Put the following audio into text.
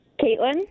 Caitlin